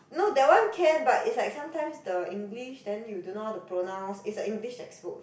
no that one can but it's like sometimes the English then you do not know to pronounce it's like English textbook